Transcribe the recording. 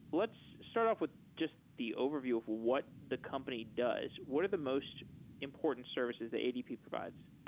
let's start off with just the overview of what the company does. what are the most important services that adp provides?